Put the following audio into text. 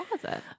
closet